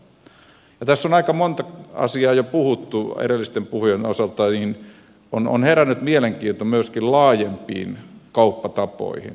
kun tässä on aika monta asiaa jo puhuttu edellisten puhujien osalta niin on herännyt mielenkiinto myöskin laajempiin kauppatapoihin